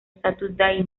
saturday